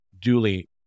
duly